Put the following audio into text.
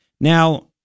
Now